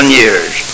years